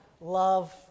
love